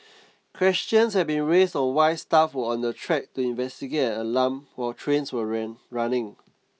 questions have been raised on why staff were on the track to investigate an alarm while trains were ran running